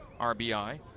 RBI